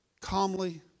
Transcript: calmly